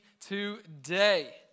today